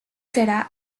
será